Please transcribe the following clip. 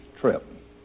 trip